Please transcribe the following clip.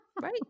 Right